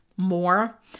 more